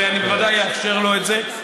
ואני בוודאי אאפשר לו את זה.